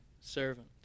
servant